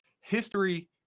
History